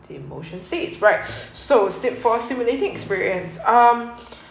the motion states right so step for stimulating experience um